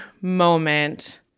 moment